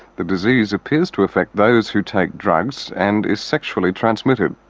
the disease appears to affect those who take drugs and is sexually transmitted.